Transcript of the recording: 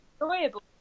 enjoyable